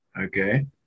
Okay